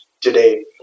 today